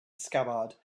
scabbard